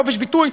חופש ביטוי,